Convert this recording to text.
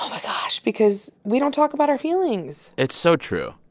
my gosh, because we don't talk about our feelings it's so true.